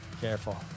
Careful